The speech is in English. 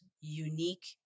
unique